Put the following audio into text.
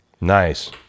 Nice